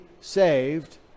saved